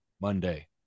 Monday